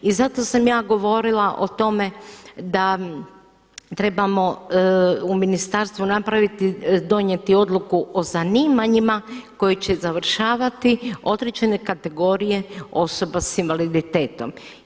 I zato sam ja govorila o tome da trebamo u ministarstvu napraviti, donijeti odluku o zanimanjima koje će završavati određene kategorije osoba sa invaliditetom.